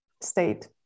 state